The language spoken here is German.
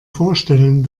vorstellen